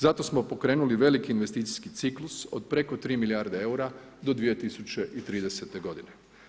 Zato smo pokrenuli veliki investicijski ciklus od preko 3 milijarde eura do 2030. godine.